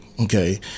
Okay